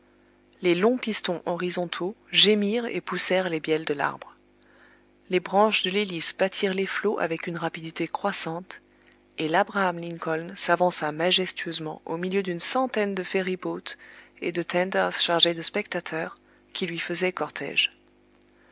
les longs pistons horizontaux gémirent et poussèrent les bielles de l'arbre les branches de l'hélice battirent les flots avec une rapidité croissante et labraham lincoln s'avança majestueusement au milieu d'une centaine de ferry boats et de tenders chargés de spectateurs qui lui faisaient cortège